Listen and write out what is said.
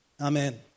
Amen